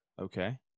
Okay